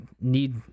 need